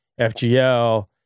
FGL